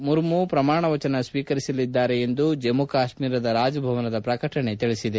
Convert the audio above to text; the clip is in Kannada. ಮುರ್ಮು ಪ್ರಮಾಣ ವಚನ ಸ್ವೀಕರಿಸಲಿದ್ದಾರೆ ಎಂದು ಜಮ್ನು ಕಾಶ್ಮೀರದ ರಾಜಭವನದ ಪ್ರಕಟಣೆ ತಿಳಿಸಿದೆ